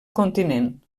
continent